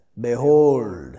behold